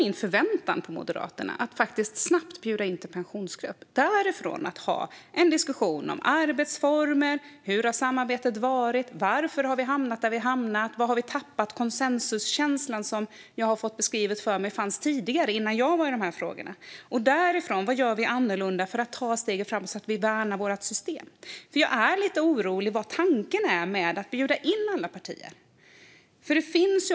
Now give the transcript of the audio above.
Min förväntan var att Moderaterna snabbt skulle bjuda in Pensionsgruppen och att vi därifrån skulle ha en diskussion om arbetsformer, hur samarbetet har varit, varför vi har hamnat där vi har hamnat och var vi har tappat konsensuskänslan, som jag har fått beskrivet fanns tidigare, innan jag började jobba med de här frågorna. Därifrån skulle vi diskutera vad vi ska göra annorlunda för att ta steget framåt och värna vårt system. Jag är lite orolig för vad tanken är med att bjuda in alla partier.